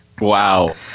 Wow